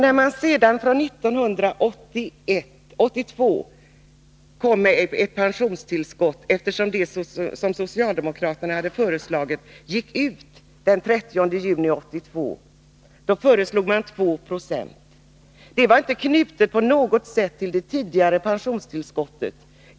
När man sedan kom med ett pensionstillskott från 1982 — eftersom det som Nr 51 socialdemokraterna hade föreslagit gick ut den 30 juni 1982 — föreslog man Onsdagen den 290. Det var inte på något sätt knutet till det tidigare pensionstillskottet.